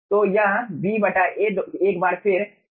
तो यह V बटा A एक बार फिर VA होगा